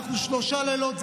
אנחנו שלושה לילות,